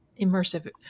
immersive